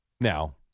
Now